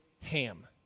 ham